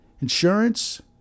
Insurance